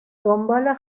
دنبال